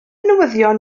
newyddion